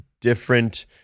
different